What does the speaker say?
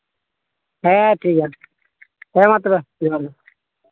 ᱦᱮᱸ ᱴᱷᱤᱠ ᱜᱮᱭᱟ ᱦᱮᱸ ᱢᱟ ᱛᱚᱵᱮ ᱡᱚᱦᱟᱨ ᱜᱮ